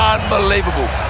Unbelievable